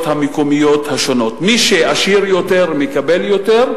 המקומיות השונות: מי שעשיר יותר מקבל יותר,